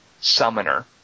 summoner